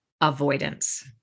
avoidance